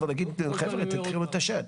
להגיד חבר'ה תתחילו להתעשת.